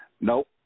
Nope